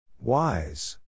Wise